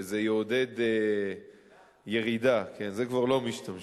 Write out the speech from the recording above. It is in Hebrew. שזה יעודד ירידה, בזה כבר לא משתמשים.